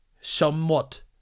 somewhat